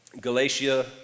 Galatia